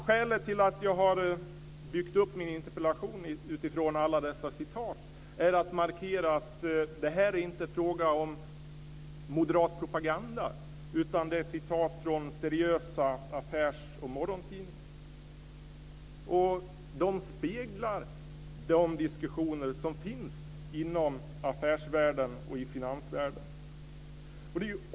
Skälet till att jag byggt upp min interpellation utifrån alla dessa citat är att jag vill markera att det här inte är fråga om moderat propaganda. Det är citat från seriösa affärs och morgontidningar. De speglar de diskussioner som finns inom affärsvärlden och finansvärlden.